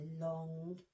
long